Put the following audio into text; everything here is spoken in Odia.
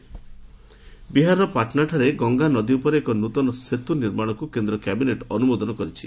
କ୍ୟାବିନେଟ୍ ବିହାରର ପାଟନାଠାରେ ଗଙ୍ଗାନଦୀ ଉପରେ ଏକ ନୂତନ ସେତୁ ନିର୍ମାଣକୁ କେନ୍ଦ୍ର କ୍ୟାବିନେଟ୍ ଅନୁମୋଦନ କରିଛି